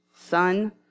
Son